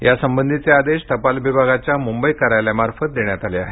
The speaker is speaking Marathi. यासंबधीचे आदेश टपाल विभागाच्या मुंबई कार्यालयामार्फत देण्यात आले आहेत